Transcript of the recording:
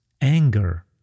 anger